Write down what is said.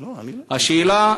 השאלה,